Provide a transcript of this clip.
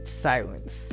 silence